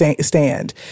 stand